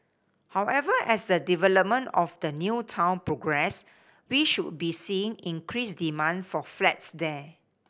however as the development of the new town progress we should be seeing increased demand for flats there